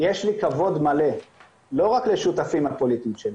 יש לי כבוד מלא לא רק לשותפים הפוליטיים שלי,